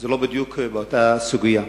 זה לא בדיוק באותה סוגיה.